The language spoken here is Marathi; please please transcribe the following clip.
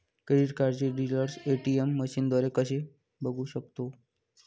क्रेडिट कार्डचे डिटेल्स ए.टी.एम मशीनद्वारे कसे बघू शकतो?